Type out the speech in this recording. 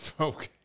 Okay